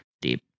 Deep